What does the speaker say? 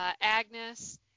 Agnes